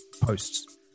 posts